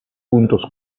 puntos